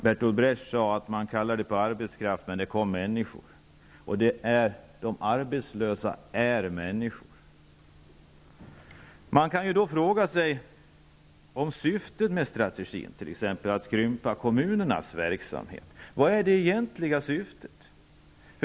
Berthold Brecht sade: ''Man kallade på arbetskraft men det kom människor''. De arbetslösa är människor. Man kan fråga sig vilket syftet är med denna strategi, som bl.a. går ut på att krympa kommunernas verksamhet. Vad är det egentliga syftet?